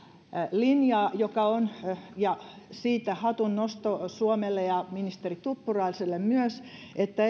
linjaa ja siitä hatunnosto suomelle ja ministeri tuppuraiselle myös että